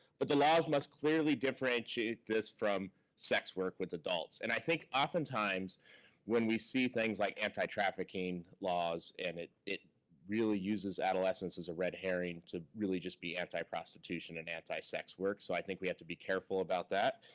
but the laws must clearly differentiate this from sex work with adults. and i think oftentimes when we see things like anti-trafficking laws and it it really uses adolescents as a red herring to really just be anti-prostitution and anti-sex work. so i think we have to be careful about that,